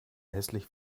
hässlich